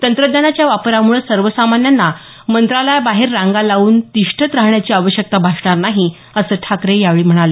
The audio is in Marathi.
तंत्रज्ञानाच्या वापरामुळे सर्वसामान्यांना मंत्रालयाबाहेर रांगा लावून तिष्ठत राहण्याची आवश्यकता भासणार नाही असं ठाकरे यावेळी म्हणाले